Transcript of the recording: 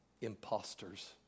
imposters